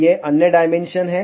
ये अन्य डायमेंशन हैं